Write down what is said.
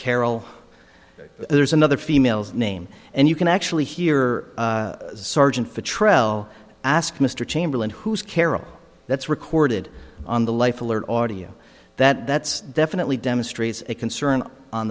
carol there's another female's name and you can actually hear sergeant for trial ask mr chamberlain who is carol that's recorded on the life alert audio that that's definitely demonstrates a concern on